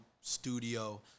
studio